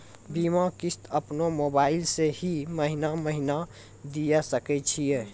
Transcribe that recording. बीमा किस्त अपनो मोबाइल से महीने महीने दिए सकय छियै?